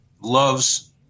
loves